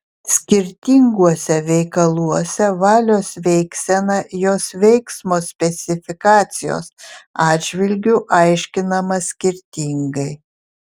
skirtinguose veikaluose valios veiksena jos veiksmo specifikacijos atžvilgiu aiškinama skirtingai